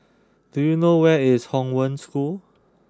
do you know where is Hong Wen School